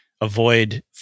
avoid